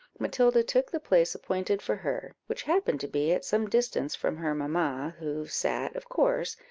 matilda took the place appointed for her, which happened to be at some distance from her mamma, who sat, of course,